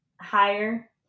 higher